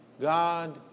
God